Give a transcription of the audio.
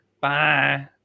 Bye